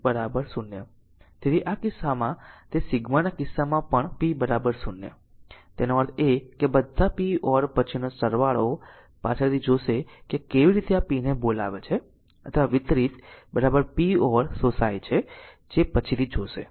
તેથી આ કિસ્સામાં p કે તે સિગ્માના કિસ્સામાં પણ p 0 તેનો અર્થ એ છે કે બધા p or પછીનો સરવાળો પાછળથી જોશે કે આ કેવી રીતે આ p ને બોલાવે છે અથવા વિતરિત p or શોષાય છે જે પછીથી જોશે